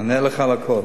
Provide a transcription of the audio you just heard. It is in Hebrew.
אענה לך על הכול.